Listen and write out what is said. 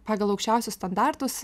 pagal aukščiausius standartus